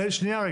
אבל